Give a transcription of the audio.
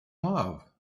love